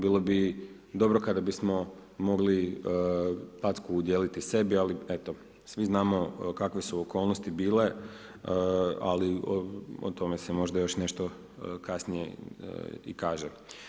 Bilo bi dobro kada bismo mogli packu udijeliti sebi, ali eto, svi znamo kakve su okolnosti bile, ali o tome se još možda nešto kasnije i kaže.